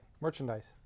merchandise